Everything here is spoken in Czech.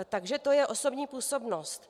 Takže to je osobní působnost.